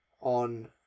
on